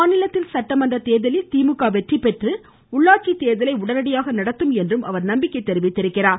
மாநிலத்தில் சட்டமன்ற தேர்தலில் திமுக வெற்றி பெற்று உள்ளாட்சி தேர்தலை உடனடியாக நடத்தும் என்று அவர் நம்பிக்கை தெரிவித்தார்